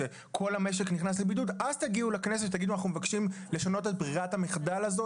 אז תגידו אנחנו מבקשים לשנות את ברירת המחדש הזו,